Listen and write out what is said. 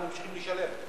הם היו ממשיכים לשלם.